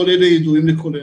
כל אלה ידועים לכולנו.